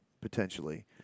potentially